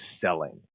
selling